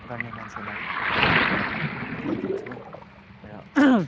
गर्ने मान्छेलाई देखाउँछु र